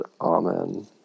Amen